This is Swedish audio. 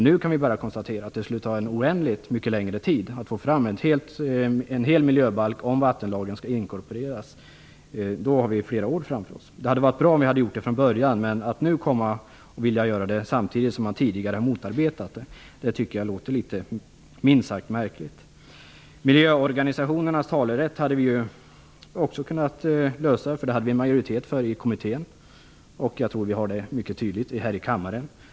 Nu kan vi bara konstatera att det skulle ta oändligt mycket längre tid att få fram en miljöbalk om vattenlagen skall inkorporeras. Det handlar om flera år. Det hade varit bra om vi hade gjort det från början. Jag tycker minst sagt att det låter märkligt att man nu vill göra det när man tidigare har motarbetat det. Frågan om miljöorganisationernas talerätt hade vi också kunnat lösa. En majoritet i kommittén var för i den frågan. Jag tror att det även finns en sådan majoritet här i kammaren.